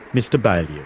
mr baillieu.